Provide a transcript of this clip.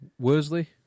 Worsley